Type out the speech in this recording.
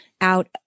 out